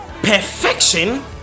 perfection